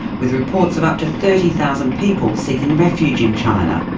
with reports of up to thirty thousand people seeking refuge in china.